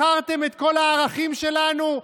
מכרתם את כל הערכים שלנו?